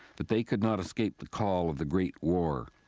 but they could not escape the call of the great war.